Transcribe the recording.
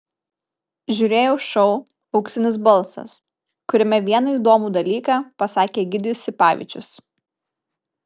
žiūrėjau šou auksinis balsas kuriame vieną įdomų dalyką pasakė egidijus sipavičius